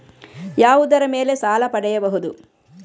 ಯಾವುದರ ಮೇಲೆ ಸಾಲ ಪಡೆಯಬಹುದು?